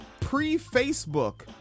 pre-Facebook